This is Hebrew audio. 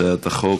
הצעת החוק